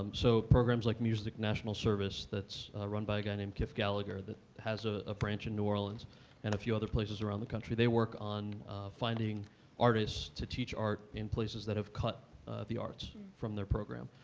so programs like music national service that's run by a guy named kiff gallagher that has ah a branch in new orleans and a few other places around the country, they work on finding artists to teach art in places that have cut the arts from their program.